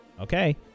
okay